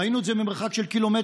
ראינו את זה ממרחק של קילומטרים,